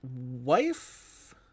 wife